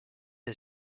est